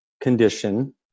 condition